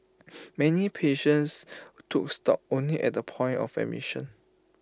many patients took stock only at the point of admission